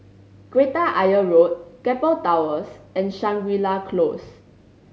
Kreta Ayer Road Keppel Towers and Shangri La Close